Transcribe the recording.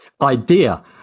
idea